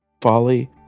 folly